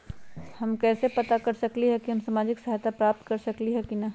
हम कैसे पता कर सकली ह की हम सामाजिक सहायता प्राप्त कर सकली ह की न?